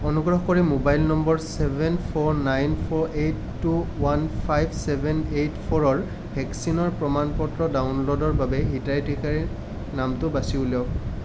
অনুগ্ৰহ কৰি mobile number seven four nine four eight two one five seven eight ফ'ৰৰ ভেকচিনৰ প্ৰমাণ পত্ৰ ডাউনলোডৰ বাবে হিতাধিকাৰীৰ নামটো বাছি উলিয়াওক